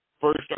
first